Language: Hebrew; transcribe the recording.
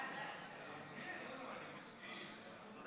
ההצעה